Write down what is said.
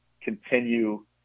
continue